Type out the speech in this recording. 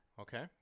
Okay